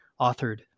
authored